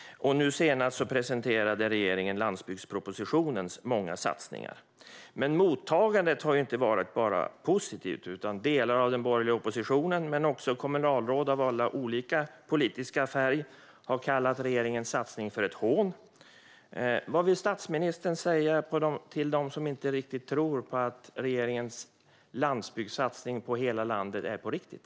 Nu senast presenterade regeringen landsbygdspropositionens många satsningar. Mottagandet har dock inte varit bara positivt, utan delar av den borgerliga oppositionen men också kommunalråd av olika politiska färg har kallat regeringens satsning för ett hån. Vad vill statsministern säga till dem som inte riktigt tror på att regeringens landsbygdssatsning är på riktigt och gäller hela landet?